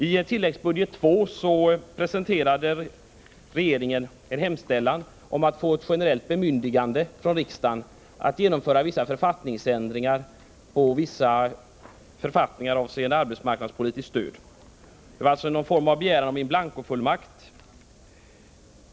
I tilläggsbudget II presenterade regeringen en hemställan om att få ett generellt bemyndigande från riksdagen att genomföra en del ändringar i vissa författningar avseende arbetsmarknadspolitiskt stöd. Det var alltså någon form av begäran om in blanco-fullmakt.